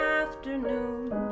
afternoon